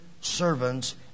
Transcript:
servants